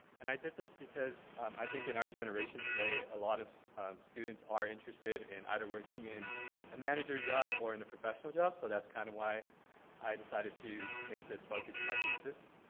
and i did this because i think in our generation today a lot of of students are interested in either working in a manager job or in a professional job, so that's kind of why i decided to make this focus in my thesis.